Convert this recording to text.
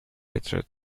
better